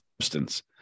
substance